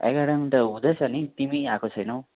academy त हुँदैछ नि तिमी आएको छैनौ